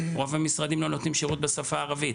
רוב המשרדים לא נותנים שירות בשפה הערבית.